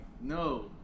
no